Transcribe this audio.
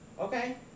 Okay